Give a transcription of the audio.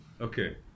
Okay